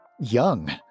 young